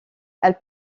elle